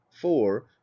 four